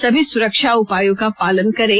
सभी सुरक्षा उपायों का पालन करें